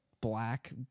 black